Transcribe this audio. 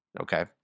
okay